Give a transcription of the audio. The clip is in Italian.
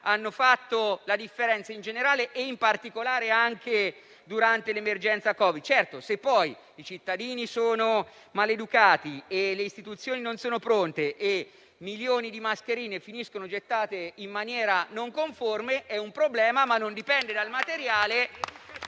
hanno fatto la differenza in generale e in particolare durante l'emergenza Covid? Certo, se poi i cittadini sono maleducati e le istituzioni non sono pronte e milioni di mascherine finiscono gettate in maniera non conforme è un problema, ma non dipende dal materiale,